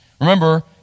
remember